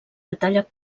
batalla